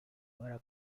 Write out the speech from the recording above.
ora